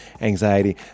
anxiety